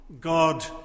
God